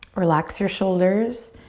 relax your shoulders,